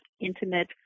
intimate